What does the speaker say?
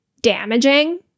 damaging